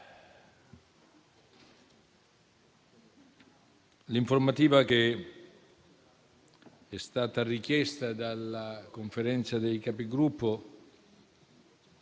l'informativa che è stata richiesta dalla Conferenza dei Capigruppo